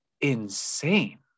insane